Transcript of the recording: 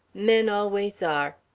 men always are.